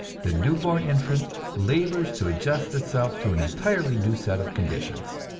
the new-born infant labors to adjust itself to an entirely new set of conditions.